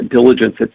diligence